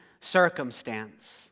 circumstance